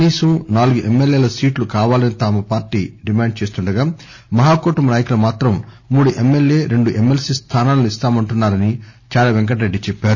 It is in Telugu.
కనీసం నాలుగు ఎమ్మెల్యే సీట్లు కావాలని తమ పార్టీ డిమాండ్ చేస్తుండగా మహాకూటమి నాయకులు మాత్రం మూడు ఎమ్మెల్యే రెండు ఎమ్మెల్సీ స్థానాలను ఇస్తామంటున్నా రని చాడా పెంకటరెడ్గి చెప్పారు